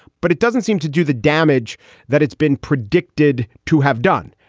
but it doesn't seem to do the damage that it's been predicted to have done.